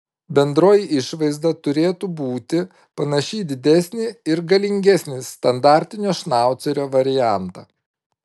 bendroji išvaizda turėtų būti panaši į didesnį ir galingesnį standartinio šnaucerio variantą